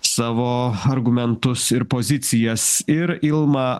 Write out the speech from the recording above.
savo argumentus ir pozicijas ir ilma